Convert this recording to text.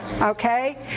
Okay